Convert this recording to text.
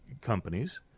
companies